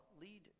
lead